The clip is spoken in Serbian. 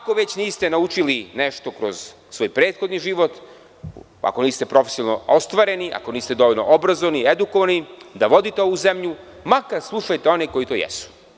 Kao već niste naučili nešto kroz svoj prethodni život, ako niste profesionalno ostvareni, ako niste dovoljno obrazovani, edukovani da vodite ovu zemlju, makar slušajte one koji to jesu.